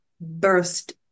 burst